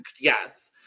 Yes